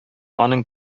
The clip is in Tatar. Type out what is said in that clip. аның